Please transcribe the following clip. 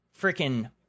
freaking